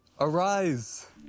Arise